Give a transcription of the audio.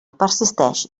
persisteix